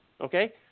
okay